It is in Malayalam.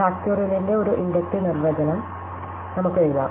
ഫാക്റ്റോറിയലിന്റെ ഒരു ഇൻഡക്റ്റീവ് നിർവചനം നമുക്ക് എഴുതാം